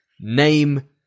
name